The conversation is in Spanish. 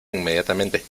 inmediatamente